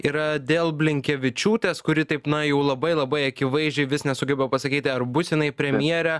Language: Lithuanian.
yra dėl blinkevičiūtės kuri taip na jau labai labai akivaizdžiai vis nesugeba pasakyti ar bus jinai premjere